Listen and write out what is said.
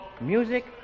music